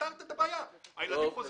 כך נפתור את הבעיה והילדים יחזרו ללמוד.